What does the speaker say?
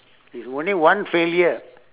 it's only one failure